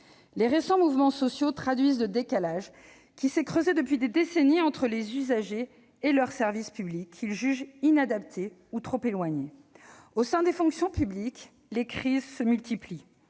Les récents mouvements sociaux traduisent le décalage qui s'est creusé depuis des décennies entre les usagers et leurs services publics, qu'ils jugent inadaptés ou trop éloignés. Au sein des fonctions publiques, les crises se multiplient